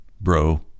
bro